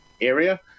area